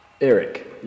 Eric